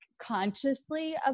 consciously